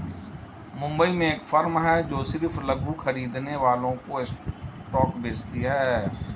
मुंबई में एक फार्म है जो सिर्फ लघु खरीदने वालों को स्टॉक्स बेचती है